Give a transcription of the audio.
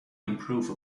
improve